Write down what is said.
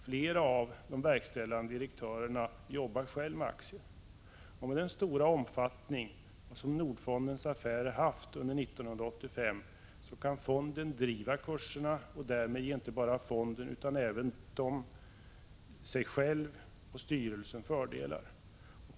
Flera av de verkställande direktörerna arbetar själva med aktier. Med den stora omfattning som Nordfondens affärer haft under 1985 kan fonden styra kurserna och därmed ge inte bara fonden utan även styrelsen fördelar.